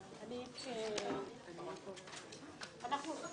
הישיבה ננעלה בשעה